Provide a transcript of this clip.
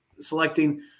selecting